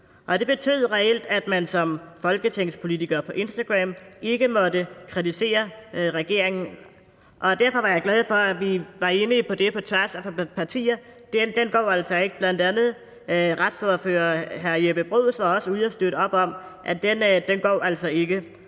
Det betød reelt, at man som folketingspolitiker på Instagram ikke måtte kritisere regeringen. Derfor var jeg glad for, at vi var enige om på tværs af partier, at den går altså ikke. Bl.a. var retsordfører hr. Jeppe Bruus også ude at støtte op om, at den går altså ikke.